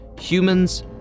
humans